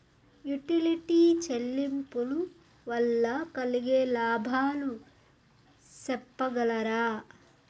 Utility చెల్లింపులు వల్ల కలిగే లాభాలు సెప్పగలరా?